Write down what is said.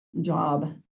job